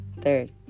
Third